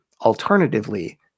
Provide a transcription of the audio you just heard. alternatively